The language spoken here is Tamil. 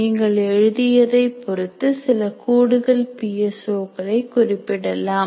நீங்கள் எழுதியதை பொருத்து சில கூடுதல் பி எஸ் ஓ களை குறிப்பிடலாம்